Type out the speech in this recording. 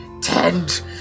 tend